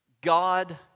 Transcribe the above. God